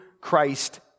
Christ